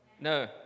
No